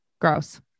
Gross